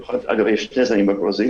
אגב, יש שני זנים בברזיל,